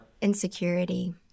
Insecurity